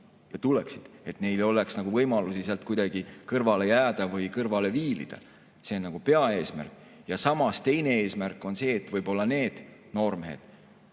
ka tuleksid, et neil ei oleks võimalusi sealt kuidagi kõrvale jääda või kõrvale viilida. See on peaeesmärk. Samas, teine eesmärk on see, et need noormehed,